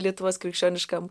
lietuvos krikščioniškam